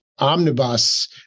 omnibus